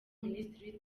minisitiri